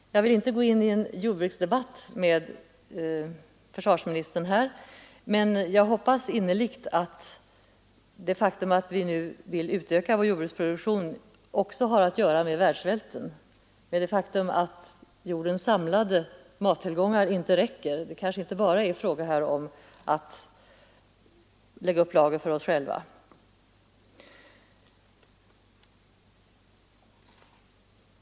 Jag vill inte här gå in i en jordbruksdebatt med försvarsministern, men jag hoppas innerligt att det förhållandet att vi nu vill utöka vår jordbruksproduktion också har att göra med världssvälten, med det faktum att jordens samlade mattillgångar inte räcker. Det kanske inte bara är fråga om att lägga upp lager för oss själva.